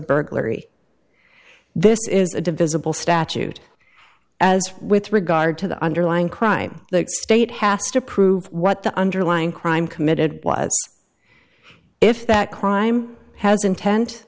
burglary this is a divisible statute as with regard to the underlying crime the state has to prove what the underlying crime committed was if that crime has intent